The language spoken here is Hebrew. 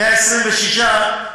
126. 126,